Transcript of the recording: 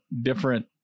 different